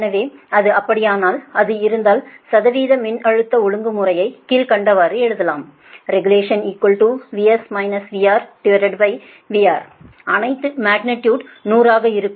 எனவே அது அப்படியானால் அது இருந்தால் சதவீத மின்னழுத்த ஒழுங்கு முறையை கீழ்க்கண்டவாறு எழுதலாம் regulationVS VRVR அனைத்து மக்னிடியுடும் 100 ஆக இருக்கும்